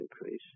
increase